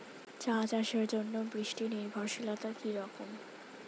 চা চাষের জন্য বৃষ্টি নির্ভরশীলতা কী রকম?